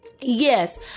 Yes